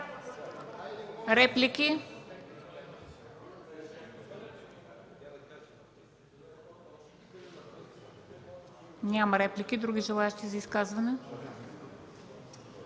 Реплики? Няма. Други желаещи за изказване?